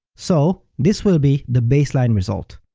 so this will be the baseline result.